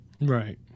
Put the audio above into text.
Right